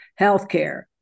healthcare